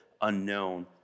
unknown